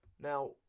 Now